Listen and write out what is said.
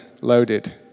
loaded